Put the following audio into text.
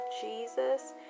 Jesus